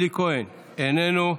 אלי כהן, איננו,